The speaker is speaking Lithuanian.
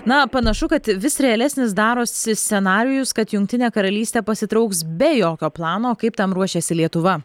na panašu kad vis realesnis darosi scenarijus kad jungtinė karalystė pasitrauks be jokio plano kaip tam ruošiasi lietuva